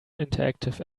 interactive